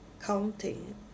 counting